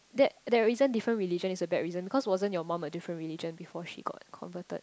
that there isn't different religion is a bad reason because wasn't your mum a different religion before she got converted